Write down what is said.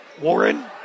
Warren